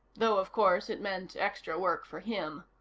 though, of course, it meant extra work for him.